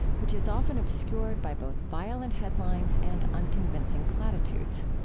which is often obscured by both violent headlines and unconvincing platitudes.